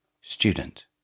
Student